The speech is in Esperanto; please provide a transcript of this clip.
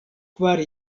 kvar